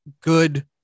good